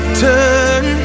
turn